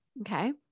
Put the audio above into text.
Okay